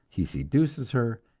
he seduces her,